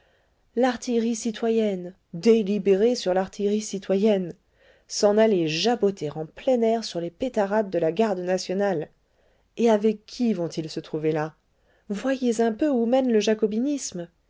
l'artillerie citoyenne délibérer sur l'artillerie citoyenne s'en aller jaboter en plein air sur les pétarades de la garde nationale et avec qui vont-ils se trouver là voyez un peu où mène le jacobinisme